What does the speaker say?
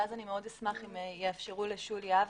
ואז אשמח אם יאפשרו לשולי אבני,